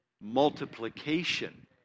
multiplication